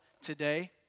today